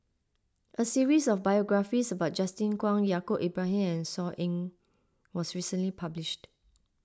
a series of biographies about Justin Zhuang Yaacob Ibrahim and Saw Ean was recently published